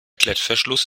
klettverschluss